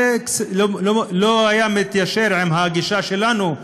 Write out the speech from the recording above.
זה לא היה מתיישר עם הגישה שלנו,